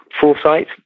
foresight